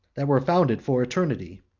that were founded for eternity,